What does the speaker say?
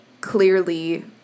clearly